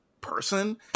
person